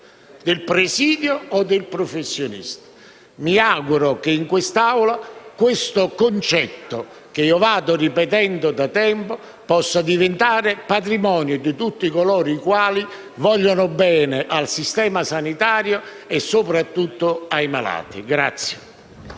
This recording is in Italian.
del presidio o del professionista. Mi auguro che in quest'Assemblea il concetto che vado ripetendo da tempo possa diventare patrimonio di tutti coloro i quali hanno a cuore il Sistema sanitario e soprattutto i malati.